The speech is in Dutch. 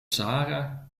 sahara